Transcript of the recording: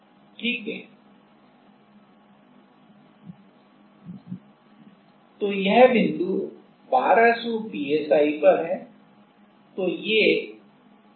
ठीक है तो यह बिंदु 1200 psiपर है